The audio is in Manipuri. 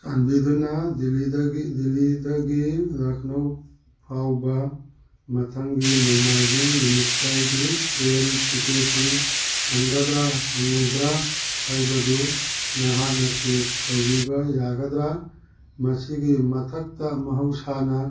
ꯆꯥꯟꯕꯤꯗꯨꯅ ꯗꯤꯜꯂꯤꯗꯒꯤ ꯂꯈꯅꯧ ꯐꯥꯎꯕ ꯃꯊꯪꯒꯤ ꯅꯣꯡꯃꯥꯏꯖꯤꯡ ꯅꯨꯃꯤꯠꯇꯒꯤ ꯇ꯭ꯔꯦꯟ ꯇꯤꯛꯀꯦꯠꯁꯤꯡ ꯐꯪꯒꯗ꯭ꯔ ꯐꯪꯂꯣꯏꯗ꯭ꯔ ꯍꯥꯏꯕꯗꯨ ꯅꯍꯥꯛꯅ ꯆꯦꯛ ꯇꯧꯕꯤꯕ ꯌꯥꯒꯗ꯭ꯔ ꯃꯁꯤꯒꯤ ꯃꯊꯛꯇ ꯃꯍꯧꯁꯥꯅ